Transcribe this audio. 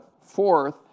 Fourth